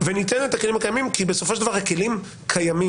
וניתן את הכלים הקיימים כי בסופו של דבר הכלים קיימים.